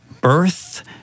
birth